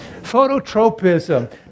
Phototropism